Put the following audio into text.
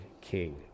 King